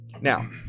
Now